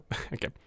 Okay